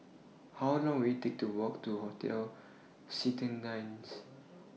How Long Will IT Take to Walk to Hotel Citadines